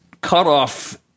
cutoff